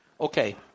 Okay